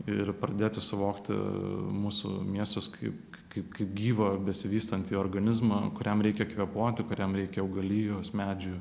ir pradėti suvokti mūsų miestus kaip kaip kaip gyvą besivystantį organizmą kuriam reikia kvėpuoti kuriam reikia augalijos medžių